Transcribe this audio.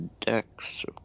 Dex